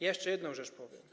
Ja jeszcze jedną rzecz powiem.